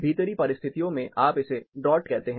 भीतरी परिस्थितियों में आप इसे ड्रॉट कहते हैं